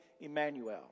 Emmanuel